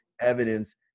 evidence